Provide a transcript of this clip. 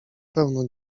pełno